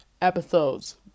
episodes